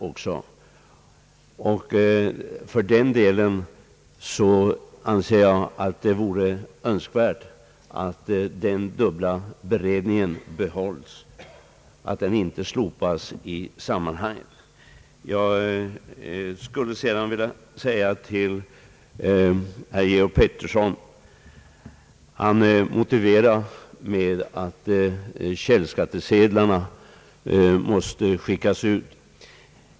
Av den anledningen anser jag det önskvärt att den dubbla beredningen inte slopas. Jag skulle sedan vilja säga ett par ord till herr Georg Pettersson. Han anför som motiv att källskattsedlarna måste skickas ut.